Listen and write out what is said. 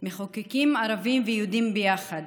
מחוקקים ערבים ויהודים ביחד.